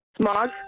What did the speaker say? Smog